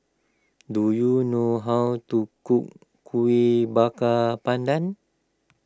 do you know how to cook Kuih Bakar Pandan